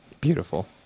Beautiful